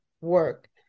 work